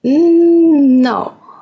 no